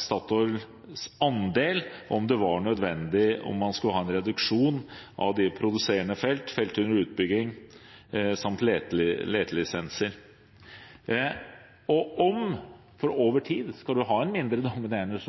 Statoils andel, og om det var nødvendig å ha en reduksjon av de produserende felt, felt under utbygging samt letelisenser. For hvis man skal ha en mindre dominerende